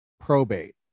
probate